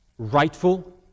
rightful